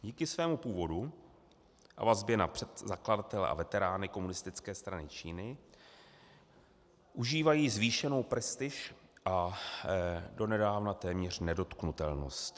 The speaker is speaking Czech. Díky svému původu a vazbě na zakladatele a veterány Komunistické strany Číny užívají zvýšenou prestiž a donedávna téměř nedotknutelnost.